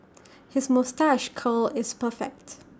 his moustache curl is perfect